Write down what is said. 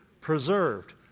preserved